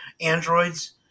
androids